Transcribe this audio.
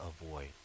avoid